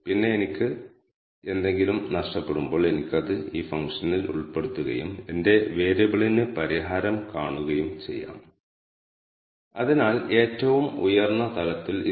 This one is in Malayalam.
അതിനാൽ ഇത് വളരെ വ്യക്തമാക്കാം ഞങ്ങൾക്ക് ഈ 7 വേരിയബിളുകൾ ഉണ്ട് ഈ ഡാറ്റ ഫ്രെയിമിൽ 91 നിരീക്ഷണങ്ങളുണ്ട്